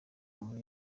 muri